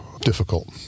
Difficult